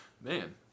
Man